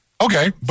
Okay